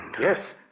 Yes